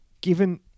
given